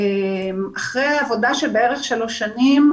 אחרי עבודה של כשלוש שנים,